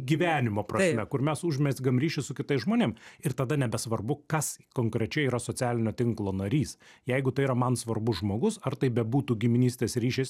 gyvenimo prasme kur mes užmezgam ryšį su kitais žmonėm ir tada nebesvarbu kas konkrečiai yra socialinio tinklo narys jeigu tai yra man svarbus žmogus ar tai bebūtų giminystės ryšiais